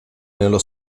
nello